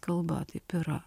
kalba taip yra